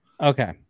Okay